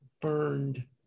burned